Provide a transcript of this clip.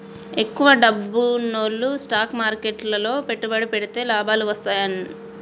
ఎక్కువ డబ్బున్నోల్లు స్టాక్ మార్కెట్లు లో పెట్టుబడి పెడితే లాభాలు వత్తన్నయ్యి